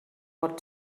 what